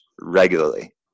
regularly